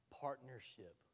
partnership